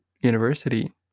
University